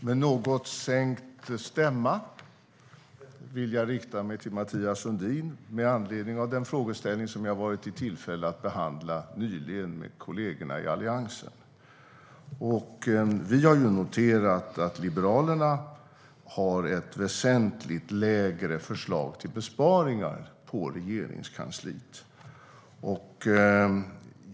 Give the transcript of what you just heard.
Herr talman! Med något sänkt stämma vill jag rikta mig till Mathias Sundin med anledning av den frågeställning som jag varit i tillfälle att behandla nyligen med kollegorna i Alliansen. Vi har ju noterat att Liberalerna har ett väsentligt lägre förslag till besparingar på Regeringskansliet.